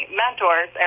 mentors